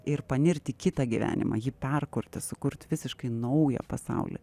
ir panirt į kitą gyvenimą jį perkurti sukurt visiškai naują pasaulį